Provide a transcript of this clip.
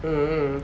嗯